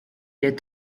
est